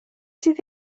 sydd